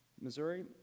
Missouri